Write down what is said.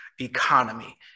economy